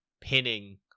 pinning